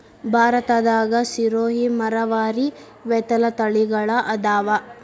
ಭಾರತದಾಗ ಸಿರೋಹಿ, ಮರವಾರಿ, ಬೇತಲ ತಳಿಗಳ ಅದಾವ